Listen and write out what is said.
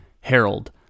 Harold